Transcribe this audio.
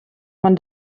man